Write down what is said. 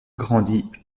grandit